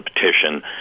petition